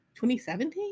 2017